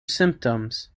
symptoms